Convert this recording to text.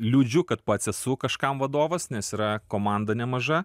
liūdžiu kad pats esu kažkam vadovas nes yra komanda nemaža